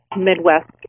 Midwest